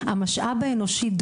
המשאב האנושי,